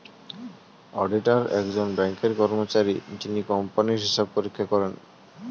auditor একজন ব্যাঙ্কের কর্মচারী যিনি কোম্পানির হিসাব পরীক্ষা করেন